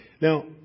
Now